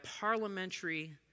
parliamentary